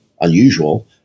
unusual